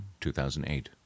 2008